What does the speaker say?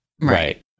Right